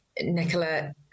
Nicola